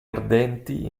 ardenti